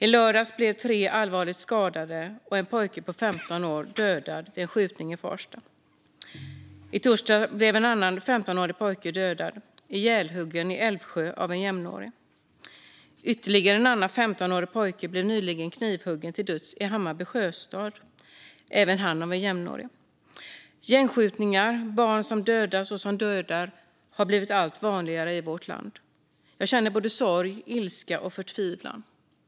I lördags blev tre allvarligt skadade och en pojke på 15 år dödad vid en skjutning i Farsta. I torsdags blev en annan 15-årig pojke dödad i Älvsjö, ihjälhuggen av en jämnårig. Ytterligare en 15-årig pojke blev nyligen knivhuggen till döds i Hammarby sjöstad, även han av en jämnårig. Gängskjutningar och barn som dödas och dödar har blivit allt vanligare i vårt land. Jag känner både sorg, ilska och förtvivlan.